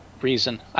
reason